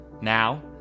Now